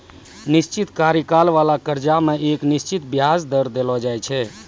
निश्चित कार्यकाल बाला कर्जा मे एक निश्चित बियाज दर देलो जाय छै